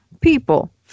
people